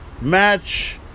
Match